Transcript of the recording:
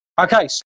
Okay